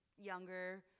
younger